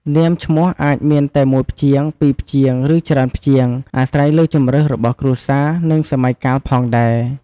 នាមឈ្មោះអាចមានតែមួយព្យាង្គ ពីរព្យាង្គ ឬ ច្រើនព្យាង្គ អាស្រ័យលើជម្រើសរបស់គ្រួសារ និងសម័យកាលផងដែរ។